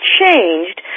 changed